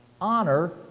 Honor